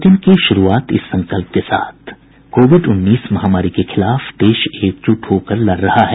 bulletin की शुरूआत इस संकल्प के साथ कोविड उन्नीस महामारी के खिलाफ देश एकजुट होकर लड़ रहा है